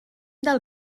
del